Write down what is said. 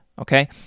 okay